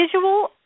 visual